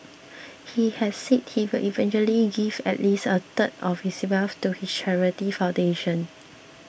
he has said he will eventually give at least a third of his wealth to his charity foundation